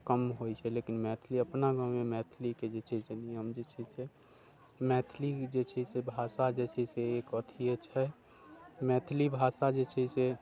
कम होइ छै लेकिन मैथिली अपना गाँवमे मैथिलीके जे छै नियम जे छै से मैथिली जे छै से भाषा जे छै से छै एक अथी छै मैथिली भाषा जे छै से